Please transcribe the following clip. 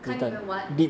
can't even what